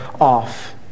off